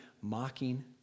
mocking